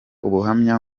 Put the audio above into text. ubuhamya